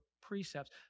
precepts